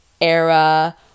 era